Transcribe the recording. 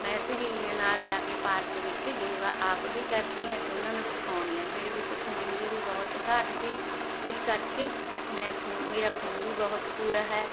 ਮੈਂ ਸਹੇਲੀਆਂ ਨਾਲ ਜਾ ਕੇ ਪਾਰਕ ਵਿੱਚ ਯੋਗਾ ਆਪ ਵੀ ਕਰਦੀ ਹਾਂ ਅਤੇ ਉਹਨਾਂ ਨੂੰ ਸਿਖਾਉਣੀ ਹਾਂ ਮੇਰੇ ਵਿੱਚ ਖੂਨ ਦੀ ਵੀ ਬਹੁਤ ਘਾਟ ਸੀ ਇਸ ਕਰਕੇ ਮੈਂ ਖੂਨ ਮੇਰਾ ਖੂਨ ਵੀ ਬਹੁਤ ਪੂਰਾ ਹੈ